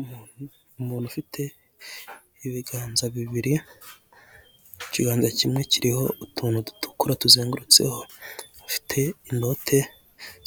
Umuntu umuntu ufite ibiganza bibiri, ikiganza kimwe kiriho utuntu dutukura tuzengurutseho, afite inote